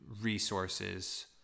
resources